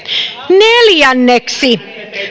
neljänneksi